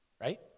Right